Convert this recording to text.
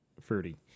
fruity